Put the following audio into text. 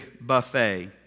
buffet